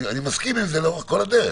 אני מסכים עם זה לאורך כל הדרך,